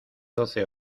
doce